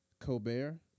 Colbert